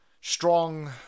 strong